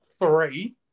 three